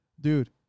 dude